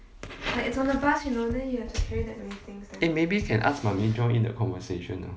eh maybe can ask mummy join in the conversation hor